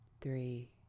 three